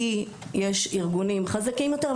כי יש ארגונים חזקים יותר,